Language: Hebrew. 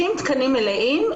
60 תקנים מלאים.